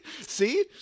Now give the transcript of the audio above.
see